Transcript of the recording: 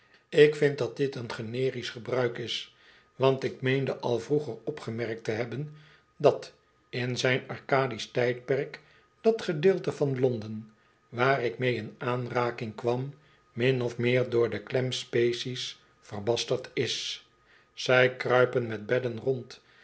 ik vind dat dit een generisch gebruik is want ik meende al vroeger opgemerkt te hebben dat in zijn arcadisch tijdperk dat gedeelte van londen waar ik mee in aanraking kwam min of meer door de klem species verbasterd is zij kruipen met bedden rond